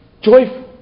joyful